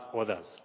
others